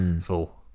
full